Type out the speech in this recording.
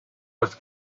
was